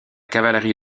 cavalerie